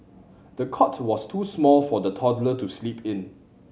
the cot was too small for the toddler to sleep in